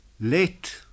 Late